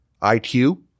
IQ